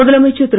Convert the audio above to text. முதலமைச்சர் திரு